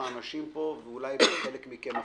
האנשים פה ואולי אפילו יותר מחלק מכם.